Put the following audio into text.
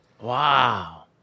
Wow